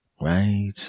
right